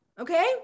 okay